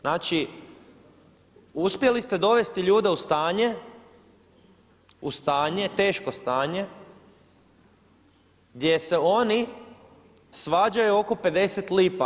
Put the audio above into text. Znači uspjeli ste dovesti ljude u stanje, u stanje, teško stanje gdje se oni svađaju oko 50 lipa.